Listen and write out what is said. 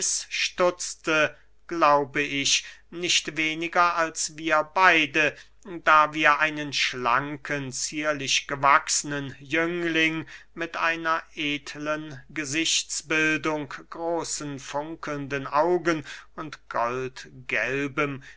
stutzte glaube ich nicht weniger als wir beide da wir einen schlanken zierlich gewachsnen jüngling mit einer edlen gesichtsbildung großen funkelnden augen und